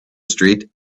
street